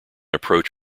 approach